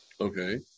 Okay